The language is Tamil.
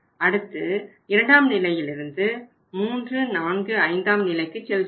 அடுத்து 2ஆம் நிலையிலிருந்து 345ஆம் நிலைக்குச் செல்கின்றனர்